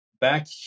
back